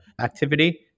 activity